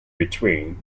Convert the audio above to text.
between